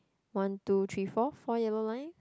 one two three four four yellow lines